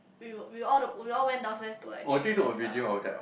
we were we all we all went downstairs to like chill and stuff